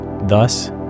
thus